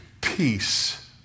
peace